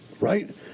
right